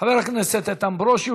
חבר הכנסת איתן ברושי,